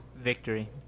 Victory